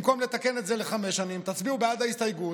במקום לתקן את זה לחמש שנים תצביעו בעד ההסתייגות,